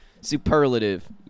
Superlative